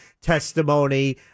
testimony